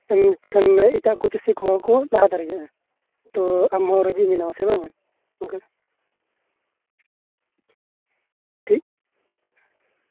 ᱮᱴᱟᱜ ᱠᱚ ᱪᱟᱹᱥᱤ ᱠᱚᱦᱚᱸᱠᱚ ᱞᱟᱦᱟ ᱫᱟᱲᱮᱭᱟᱜᱼᱟ ᱛᱚ ᱟᱢ ᱦᱚᱸ ᱨᱟᱹᱡᱤ ᱢᱮᱱᱟᱜ ᱢᱮᱭᱟ ᱥᱮ ᱵᱟᱝ ᱟ